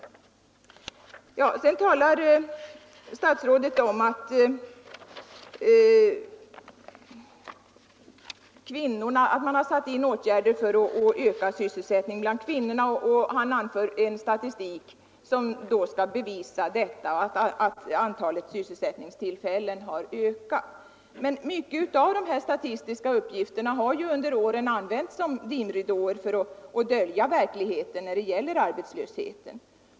Sedan talade statsrådet om att det har vidtagits åtgärder för att utöka sysselsättningen bland kvinnorna, och han anförde statistik för att bevisa den saken. Men en stor del av de statistiska uppgifterna har under åren använts som dimridåer för att dölja verkligheten om arbetslösheten.